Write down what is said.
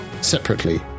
separately